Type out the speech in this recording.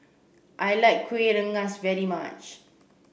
I like Kuih Rengas very much